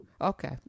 Okay